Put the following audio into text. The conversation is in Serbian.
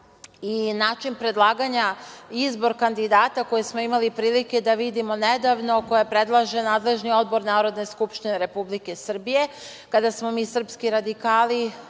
i način predlaganja i izbor kandidata koji smo imali prilike da vidimo nedavno, koje predlaže nadležni odbor Narodne skupštine Republike Srbije, kada smo mi, srpski radikali,